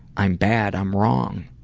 i'm bad. i'm wrong.